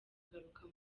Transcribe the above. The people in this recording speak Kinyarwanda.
agaruka